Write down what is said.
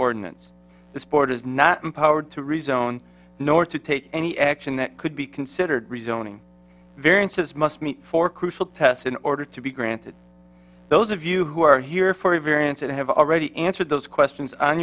ordinance the sport is not empowered to rezone nor to take any action that could be considered rezoning variances must meet four crucial tests in order to be granted those of you who are here for a variance and have already answered those questions on